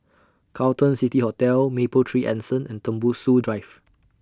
Carlton City Hotel Mapletree Anson and Tembusu Drive